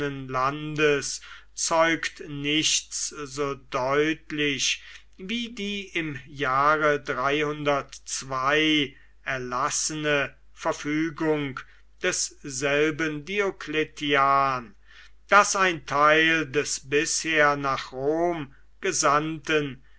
landes zeugt nichts so deutlich wie die im jahre erlassene verfügung desselben diocletian daß ein teil des bisher nach rom gesandten